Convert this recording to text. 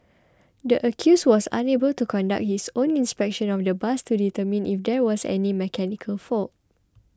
the accused was unable to conduct his own inspection of the bus to determine if there was any mechanical fault